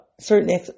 certain